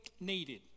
needed